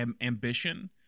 ambition